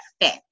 fit